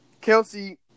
Kelsey